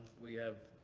we have